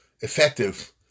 effective